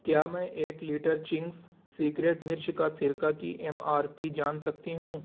کیا میں ایک لیٹر چنگز سیکریٹ مرچ کا سرکہ کی ایم آر پی جان سکتی ہوں